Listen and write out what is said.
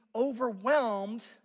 overwhelmed